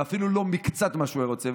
ואפילו לא מקצת מה שהוא היה רוצה.